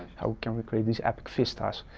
how can we create this epic vistas.